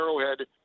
Arrowhead